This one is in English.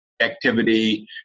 activity